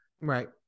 Right